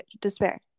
despair